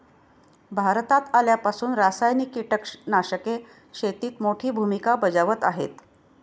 भारतात आल्यापासून रासायनिक कीटकनाशके शेतीत मोठी भूमिका बजावत आहेत